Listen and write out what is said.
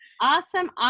awesome